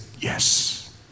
yes